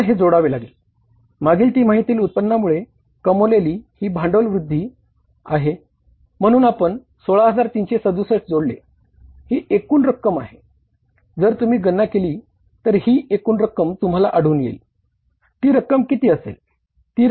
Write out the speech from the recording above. आपल्याला हे जोडावे लागेल मागील तिमाहीतील उत्पन्नामुळे कमवलेली ही भांडवल वृद्धी असेल